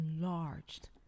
enlarged